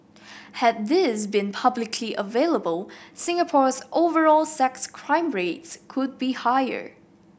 had these been available Singapore's overall sex crime rates could be higher